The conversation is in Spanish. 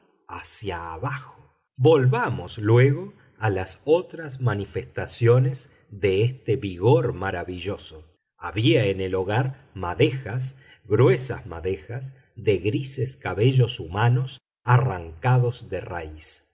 hacia abajo volvamos luego a las otras manifestaciones de este vigor maravilloso había en el hogar madejas gruesas madejas de grises cabellos humanos arrancados de raíz